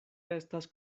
estas